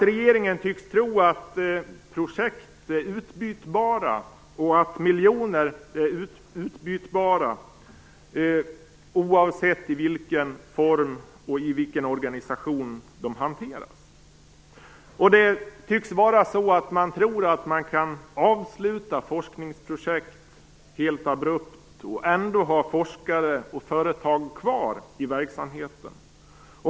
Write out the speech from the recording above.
Regeringen tycks tro att projekt och miljoner är utbytbara, oavsett i vilken form eller i vilken organisation de hanteras. Det tycks vara så att man tror att man kan avsluta forskningsprojekt helt abrupt och ändå ha forskare och företag kvar i verksamheten.